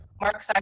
Mark